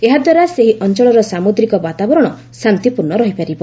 ଏହାଦ୍ୱାରା ସେହି ଅଞ୍ଚଳର ସାମୁଦ୍ରିକ ବାତାବରଣ ଶାନ୍ତିପ୍ରର୍ଣ୍ଣ ରହିପାରିବ